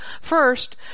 First